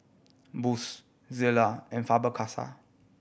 Bose Zalia and Faber Castell